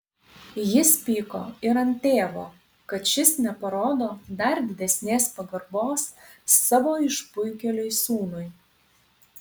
jis pyko ir ant tėvo kad šis neparodo dar didesnės pagarbos savo išpuikėliui sūnui